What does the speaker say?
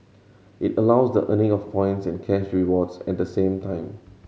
it allows the earning of points and cash rewards at the same time